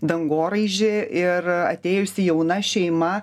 dangoraižį ir atėjusi jauna šeima